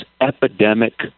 epidemic